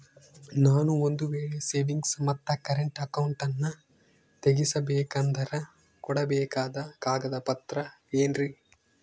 ನಾನು ಒಂದು ವೇಳೆ ಸೇವಿಂಗ್ಸ್ ಮತ್ತ ಕರೆಂಟ್ ಅಕೌಂಟನ್ನ ತೆಗಿಸಬೇಕಂದರ ಕೊಡಬೇಕಾದ ಕಾಗದ ಪತ್ರ ಏನ್ರಿ?